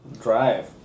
drive